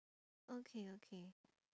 okay okay